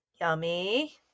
Yummy